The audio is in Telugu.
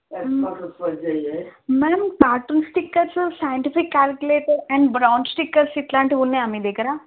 ma'am cartoon stickers scientific calculator and brown stickers ఇలాంటివి ఉన్నాయా మీ దగ్గర